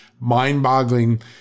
mind-boggling